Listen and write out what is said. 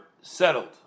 settled